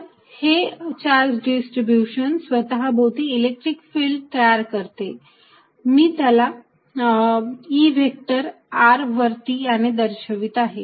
तर हे charge distribution स्वतःभोवती इलेक्ट्रिक फिल्ड तयार करते मी त्याला E व्हेक्टर r वरती याने दर्शवित आहे